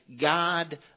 God